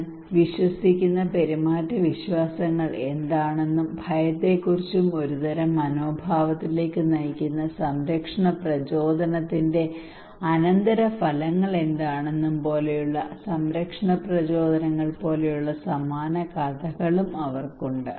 ഞാൻ വിശ്വസിക്കുന്ന പെരുമാറ്റ വിശ്വാസങ്ങൾ എന്താണെന്നും ഭയത്തെക്കുറിച്ചും ഒരുതരം മനോഭാവത്തിലേക്ക് നയിക്കുന്ന സംരക്ഷണ പ്രചോദനത്തിന്റെ അനന്തരഫലങ്ങൾ എന്താണെന്നും പോലുള്ള സംരക്ഷണ പ്രചോദനങ്ങൾ പോലുള്ള സമാന കഥകളും അവർക്ക് ഉണ്ട്